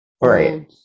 right